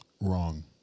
wrong